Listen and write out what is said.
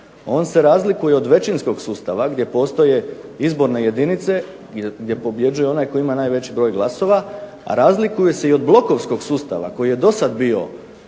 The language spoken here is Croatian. On se razlikuje od većinskog sustava gdje postoje izborne jedinice i gdje pobjeđuje onaj koji ima najveći broj glasova, a razlikuje se i od blokovskog sustava koji je dosad bio